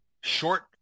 short